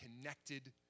connected